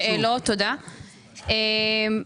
אמנם